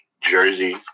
Jersey